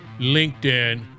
LinkedIn